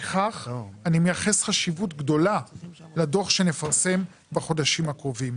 לפיכך אני מייחס חשיבות גדולה לדוח שנפרסם בחודשים הקרובים.